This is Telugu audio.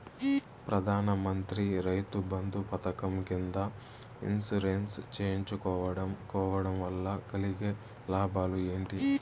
ప్రధాన మంత్రి రైతు బంధు పథకం కింద ఇన్సూరెన్సు చేయించుకోవడం కోవడం వల్ల కలిగే లాభాలు ఏంటి?